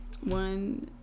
One